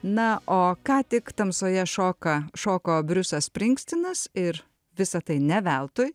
na o ką tik tamsoje šoka šoko briusas springstinas ir visa tai ne veltui